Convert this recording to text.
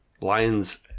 Lions